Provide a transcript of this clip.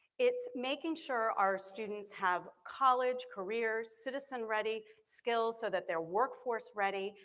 it's making sure our students have college, career, citizen ready skills so that they're workforce ready.